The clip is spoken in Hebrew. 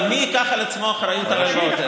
אבל מי ייקח על עצמו אחריות על ההלוואות האלה?